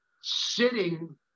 sitting